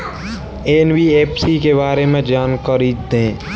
NBFC के बारे में जानकारी दें?